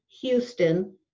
Houston